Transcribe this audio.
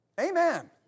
Amen